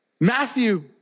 Matthew